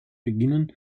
beginnen